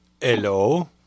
Hello